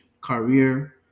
career